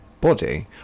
body